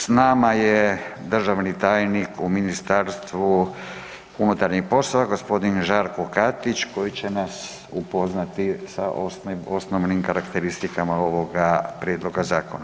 S nama je državni tajnik u Ministarstvu unutarnjih poslova, g. Žarko Katić koji će nas upoznati sa osnovnim karakteristikama ovoga prijedloga zakona.